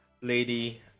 lady